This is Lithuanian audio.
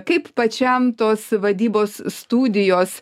kaip pačiam tos vadybos studijos